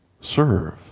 serve